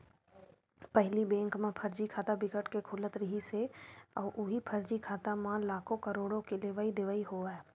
पहिली बेंक म फरजी खाता बिकट के खुलत रिहिस हे अउ उहीं फरजी खाता म लाखो, करोड़ो के लेवई देवई होवय